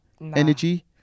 energy